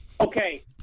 Okay